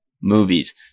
movies